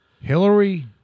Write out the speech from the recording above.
Hillary